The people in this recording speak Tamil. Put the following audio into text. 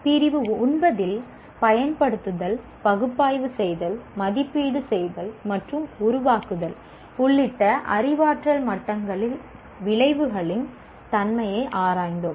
பிரிவு 9 இல் பயன்படுத்துதல் பகுப்பாய்வு செய்தல் மதிப்பீடு செய்தல் மற்றும் உருவாக்குதல் உள்ளிட்ட அறிவாற்றல் மட்டங்களில் விளைவுகளின் தன்மையை ஆராய்ந்தோம்